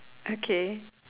okay